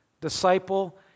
disciple